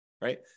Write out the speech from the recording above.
Right